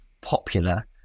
popular